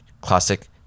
classic